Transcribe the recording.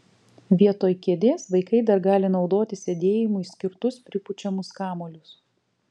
vietoj kėdės vaikai dar gali naudoti sėdėjimui skirtus pripučiamus kamuolius